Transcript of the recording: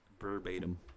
Verbatim